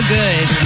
good